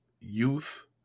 youth